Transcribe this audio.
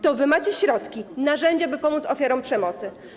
To wy macie środki, narzędzia, by pomóc ofiarom przemocy.